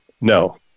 no